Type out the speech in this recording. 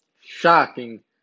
Shocking